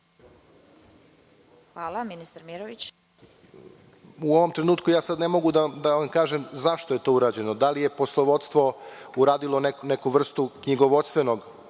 ima reč. **Igor Mirović** U ovom trenutku sada ne mogu da vam kažem zašto je to urađeno. Da li je poslovodstvo uradilo neku vrstu knjigovodstvenog